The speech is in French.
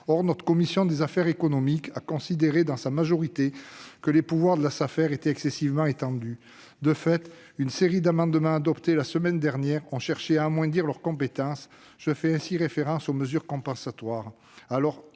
Mais notre commission des affaires économiques a considéré, dans sa majorité, que les pouvoirs des Safer étaient excessivement étendus. De fait, une série d'amendements adoptés la semaine dernière ont visé à amoindrir leurs compétences - je fais référence aux mesures compensatoires.